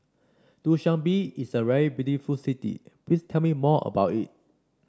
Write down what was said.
Dushanbe is a very beautiful city please tell me more about it